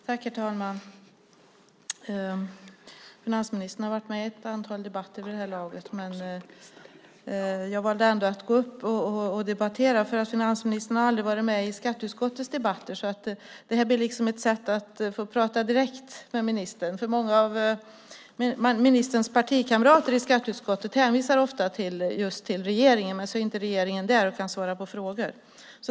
Herr talman! Finansministern har varit med i ett antal debatter vid det här laget. Jag valde ändå att gå upp i den här debatten, för finansministern har aldrig deltagit i skatteutskottets debatter. Det här blir ett tillfälle att få prata direkt med ministern. Många av ministerns partikamrater i skatteutskottet hänvisar ofta till regeringen, men då är ingen från regeringen där och kan svara på frågor.